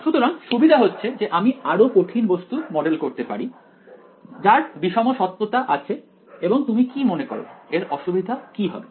সুতরাং সুবিধা হচ্ছে যে আমি আরো কঠিন বস্তু মডেল করতে পারি যার বিষমসত্ত্বতা আছে এবং তুমি কি মনে করো এর অসুবিধা কি হবে